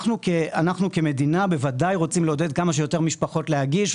אנחנו כמדינה בוודאי רוצים לעודד כמה שיותר משפחות להגיש,